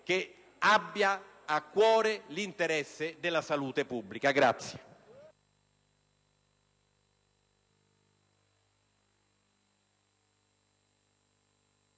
che abbia a cuore l'interesse della salute pubblica.